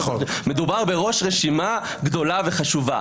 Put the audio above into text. מדובר בראש רשימה גדולה וחשובה.